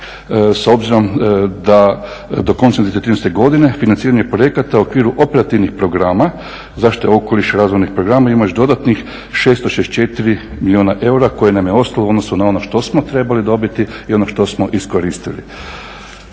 s obzirom da do konca … godine financiranje projekata u okviru operativnih programa zaštite okoliša, razvojnih programa, ima još dodatnih 664 milijuna eura koje nam je ostalo u odnosu na ono što smo trebali dobiti i ono što smo iskoristili.